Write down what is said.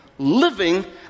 Living